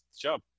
job